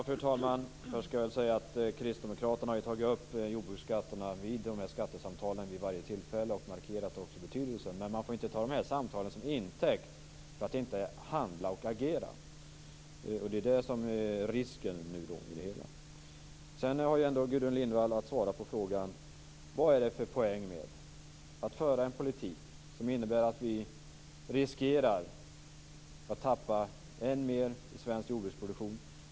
Fru talman! Jag vill först säga att kristdemokraterna har tagit upp jordbruksskatterna vid varje tillfälle i skattesamtalen och även markerat deras betydelse. Man får dock inte ta dessa samtal till intäkt för att inte agera, och det är risk för att så blir fallet. Gudrun Lindvall måste vidare svara på frågan vad det är för poäng med att föra en politik som innebär att vi riskerar att tappa än mer av svensk jordbruksproduktion.